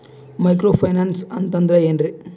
Micro finance ಅಂತಂದ್ರ ಏನ್ರೀ?